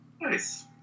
Nice